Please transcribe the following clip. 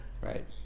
Right